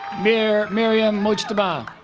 mir maryam mujtaba